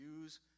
use